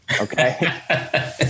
okay